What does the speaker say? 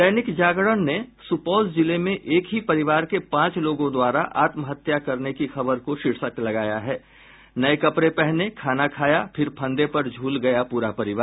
दैनिक जागरण ने सुपौल जिले में एक ही परिवार के पांच लोगों द्वारा आत्महत्या करने की खबर का शीर्षक लगाया है नये कपड़े पहने खाना खाया फिर फंदे पर झूल गया पूरा परिवार